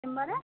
চেম্বারে